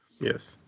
Yes